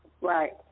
Right